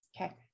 Okay